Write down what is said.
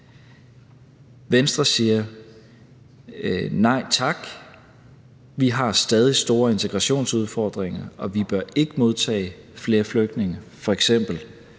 Venstre siger: Nej tak, vi har stadig store integrationsudfordringer, og vi bør ikke modtage flere flygtninge,